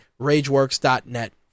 RageWorks.net